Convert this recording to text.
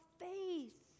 faith